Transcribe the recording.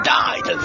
died